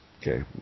Okay